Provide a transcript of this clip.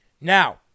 Now